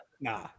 Nah